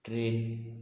train